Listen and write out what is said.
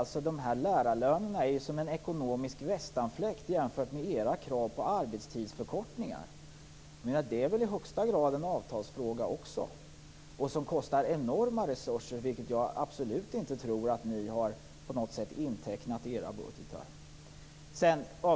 Lärarlönerna är en ekonomisk västanfläkt jämfört med era krav på arbetstidsförkortningar. Det är väl i högsta grad en avtalsfråga? De kostar enorma resurser, vilket jag absolut inte tror att ni har intecknat i era budgetar.